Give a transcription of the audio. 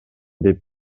деп